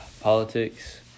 politics